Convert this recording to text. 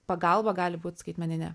pagalba gali būt skaitmeninė